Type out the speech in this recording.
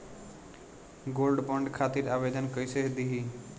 Gold bond खातिर आवेदन कैसे दिही?